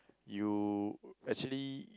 you actually